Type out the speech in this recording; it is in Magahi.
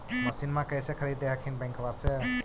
मसिनमा कैसे खरीदे हखिन बैंकबा से?